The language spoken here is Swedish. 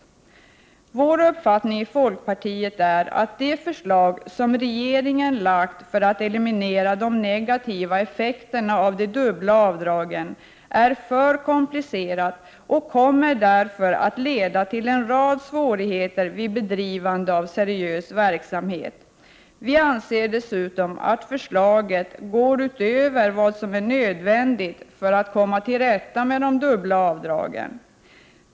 Inom folkpartiet är vår uppfattning att det förslag som regeringen lagt fram, i syfte att eliminera de negativa effekterna av de dubbla avdragen, är för komplicerat och att det därför kommer att leda till en rad svårigheter vid bedrivande av seriös verksamhet. Vi anser dessutom att förslaget går utöver vad som är nödvändigt för att komma till rätta med de dubbla avdragen.